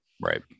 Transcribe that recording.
Right